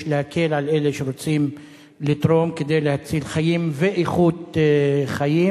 יש להקל על אלה שרוצים לתרום כדי להציל חיים ואיכות חיים.